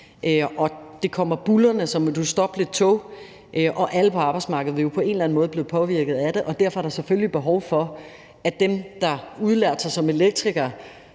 Det kommer buldrende som et ustoppeligt tog, og alle på arbejdsmarkedet vil jo på en eller anden måde blive påvirket af det, og derfor er der selvfølgelig behov for, at dem, der blev udlært som elektrikere